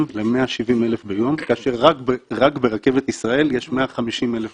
ל-170,000 ביום כאשר רק ברכבת ישראל יש 150,000 ביום.